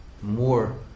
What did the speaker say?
more